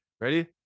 Ready